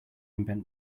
invent